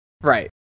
Right